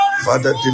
Father